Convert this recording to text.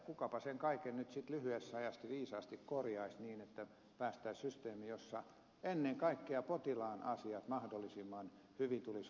kukapa sen kaiken nyt sitten lyhyessä ajassa viisaasti korjaisi niin että päästäisiin systeemiin jossa ennen kaikkea potilaan asiat mahdollisimman hyvin tulisivat hoidetuiksi